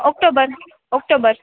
October October